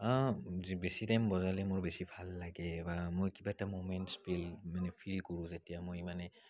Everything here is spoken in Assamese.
বেছি টাইম বজালে মোৰ বেছি ভাল লাগে বা মই কিবা এটা ম'মেণ্টছ্ ফিল মানে ফিল কৰোঁ যেতিয়া মানে